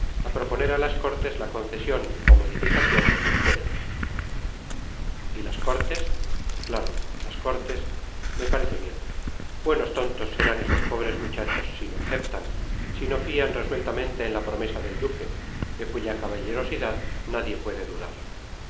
a proponer a las cortes la concesión o modificación de los fueros y las cortes claro las cortes me parece bien buenos tontos serán esos pobres muchachos si no aceptan si no fían resueltamente en la promesa del duque de cuya caballerosidad nadie puede dudar